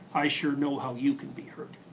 i sure know how you can be hurt.